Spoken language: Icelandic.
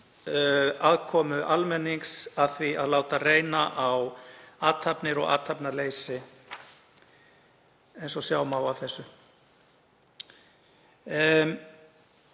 aðkomu almennings að því að láta reyna á athafnir og athafnaleysi, eins og sjá má af þessu.